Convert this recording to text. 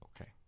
Okay